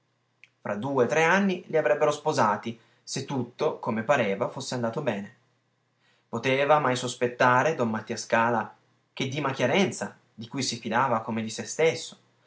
fra due tre anni li avrebbero sposati se tutto come pareva fosse andato bene poteva mai sospettare don mattia scala che dima chiarenza di cui si fidava come di se stesso